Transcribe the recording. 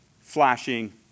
flashing